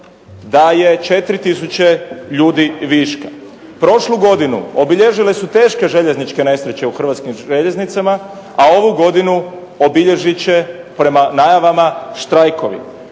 da je 4 tisuće ljudi viška. Prošlu godinu obilježile su teške nesreće u Hrvatskim željeznicama a ovu godinu obilježit će prema najavama štrajkovi.